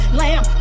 lamb